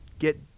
get